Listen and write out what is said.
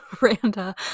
Randa